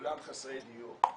כולם חסרי דיור.